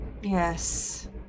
Yes